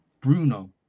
Bruno